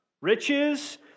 riches